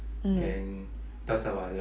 mm